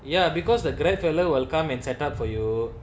ya because the grandfather welcome and set up for you